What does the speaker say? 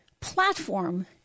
platform